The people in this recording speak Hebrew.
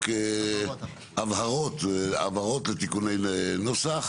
רק הבהרות לתיקוני נוסח,